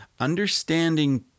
understanding